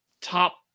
top